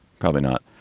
probably not.